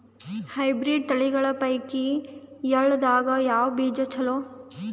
Hybrid ತಳಿಗಳ ಪೈಕಿ ಎಳ್ಳ ದಾಗ ಯಾವ ಬೀಜ ಚಲೋ?